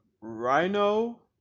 Rhino